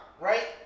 right